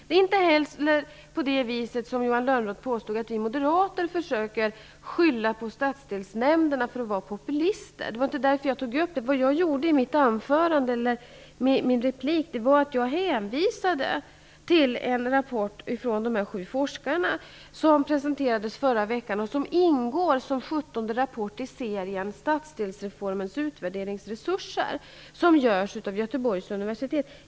Det är inte heller på det viset, som Johan Lönnroth påstod, att vi moderater försöker skylla på stadsdelsnämnderna för att vara populister. Det var inte därför jag tog upp frågan. Jag hänvisade i mitt inlägg till den rapport från sju forskare som presenterades förra veckan. Den ingår som 17:e rapport i serien Stadsdelsreformens utvärderingsresurser som görs av Göteborgs universitet.